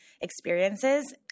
experiences